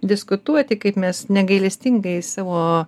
diskutuoti kaip mes negailestingai savo